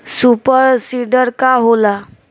Super seeder का होला?